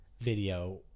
video